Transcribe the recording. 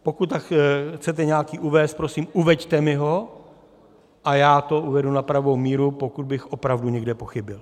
Pokud chcete nějaký uvést, prosím, uveďte mi ho a já to uvedu na pravou míru, pokud bych opravdu někde pochybil.